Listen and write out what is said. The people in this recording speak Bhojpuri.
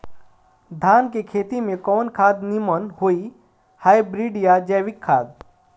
धान के खेती में कवन खाद नीमन होई हाइब्रिड या जैविक खाद?